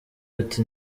ati